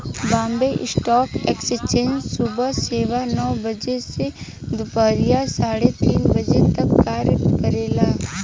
Bombay stock exchange सुबह सवा नौ बजे से दूपहरिया साढ़े तीन तक कार्य करेला